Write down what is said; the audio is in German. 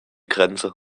grenze